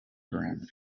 parameter